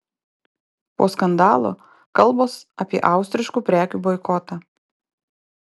po skandalo kalbos apie austriškų prekių boikotą